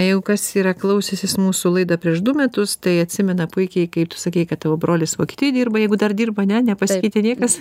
jeigu kas yra klausęsis mūsų laidą prieš du metus tai atsimena puikiai kai tu sakei kad tavo brolis vokietijoj dirba jeigu dar dirba ane nepasikeitė niekas